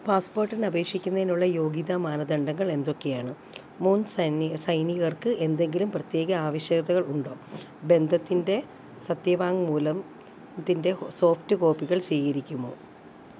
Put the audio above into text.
പാസ്പോർട്ടിന് അപേക്ഷിക്കുന്നതിനുള്ള യോഗ്യതാ മാനദണ്ഡങ്ങൾ എന്തൊക്കെയാണ് മുൻ സൈനി സൈനികർക്ക് എന്തെങ്കിലും പ്രത്യേക ആവശ്യകതകൾ ഉണ്ടോ ബന്ധത്തിന്റെ സത്യവാങ്മൂലത്തിന്റെ സോഫ്റ്റ് കോപ്പികൾ സ്വീകരിക്കുമോ